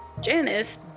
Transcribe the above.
Janice